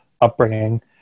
upbringing